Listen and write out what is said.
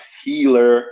healer